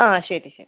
ആ ശരി ശരി